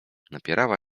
napierała